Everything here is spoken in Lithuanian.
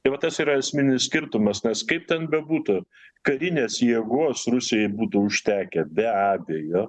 tai vat tas yra esminis skirtumas nes kaip ten bebūtų karinės jėgos rusijai būtų užtekę be abejo